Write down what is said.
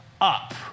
up